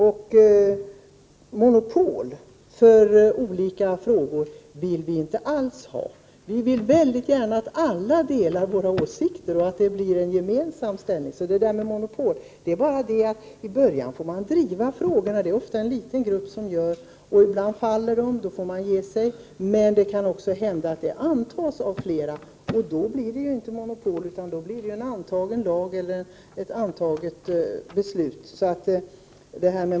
Något monopol på olika frågor vill vi inte alls ha. Vi vill gärna att alla delar våra åsikter och att det blir ett gemensamt ställningstagande. Men i början får man driva frågorna; det är ofta en liten grupp som gör det. Ibland faller de, och då får man ge sig. Men det kan också hända att man övertygar fler, och då blir det inte någonting som vi har monopol på, utan då blir förslaget antaget.